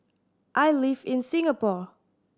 I live in Singapore